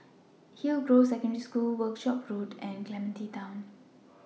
Hillgrove Secondary School Workshop Road and Clementi Town